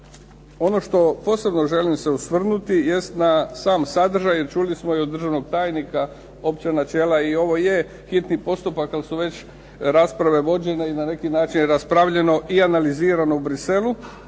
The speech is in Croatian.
Ono što posebno želim se osvrnuti jest na sam sadržaj, jer čuli smo i od državnog tajnika opća načela i ovo je hitni postupak jer su već rasprave vođene i na neki način raspravljeno i analizirano u Bruxellesu.